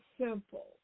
simple